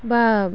বা